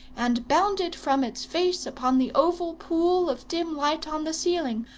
and bounded from its face upon the oval pool of dim light on the ceiling,